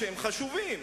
שהם חשובים,